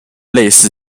类似